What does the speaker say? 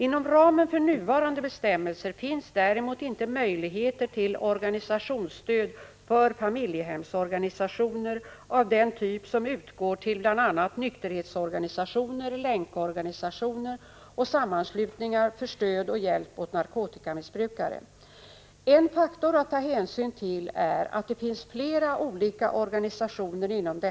Inom ramen för nuvarande bestämmelser finns däremot inte möjligheter till organisationsstöd för familjehemsorganisationer, av den typ som utgår till bl.a. nykterhetsorganisationer, länkorganisationer och sammanslutningar för stöd och hjälp åt narkotikamissbrukare. En faktor att ta hänsyn till är att det finns flera olika organisationer inom Prot.